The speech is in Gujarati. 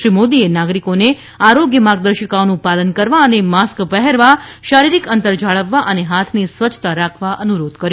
શ્રી મોદીએ નાગરિકોને આરોગ્ય માર્ગદર્શિકાઓનું પાલન કરવા અને માસ્ક પહેરવા શારીરિક અંતર જાળવવા અને હાથની સ્વચ્છતા રાખવા અનુરોધ કર્યો